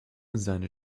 seine